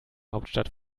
hauptstadt